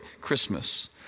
Christmas